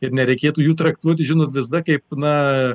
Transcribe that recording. ir nereikėtų jų traktuoti žinot visada kaip na